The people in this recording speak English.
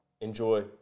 Enjoy